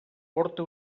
porta